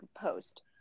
post